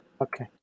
okay